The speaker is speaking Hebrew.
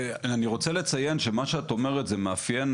אני רוצה לציין שמה שאת אומרת זה מאפיין,